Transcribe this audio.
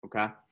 okay